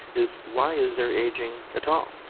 is why is there ageing at all?